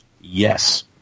Yes